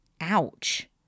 Ouch